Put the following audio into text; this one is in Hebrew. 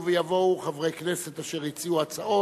ואחרי יעלו ויבואו חברי כנסת אשר הציעו הצעות,